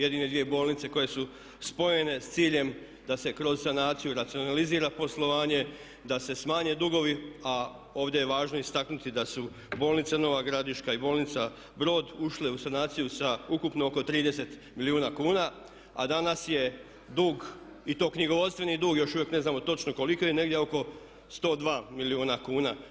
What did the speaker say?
Jedine dvije bolnice koje su spojene s ciljem da se kroz sanaciju racionalizira poslovanje, da se smanje dugovi a ovdje je važno istaknuti da su bolnice Nova Gradiška i bolnica Brod ušle u sanaciju sa ukupno oko 30 milijuna kuna, a danas je dug i to knjigovodstveni dug još uvijek ne znamo točno koliko je negdje oko 102 milijuna kuna.